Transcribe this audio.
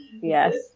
Yes